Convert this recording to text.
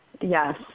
yes